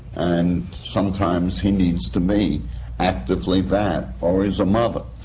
and sometimes he needs to be actively that, or he's a mother,